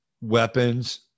weapons